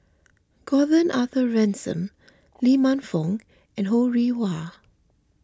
Gordon Arthur Ransome Lee Man Fong and Ho Rih Hwa